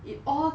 it all